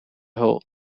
whole